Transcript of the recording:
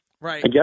Right